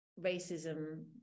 racism